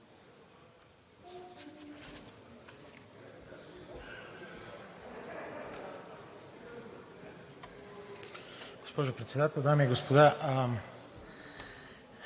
госпожо Председател, дами и господа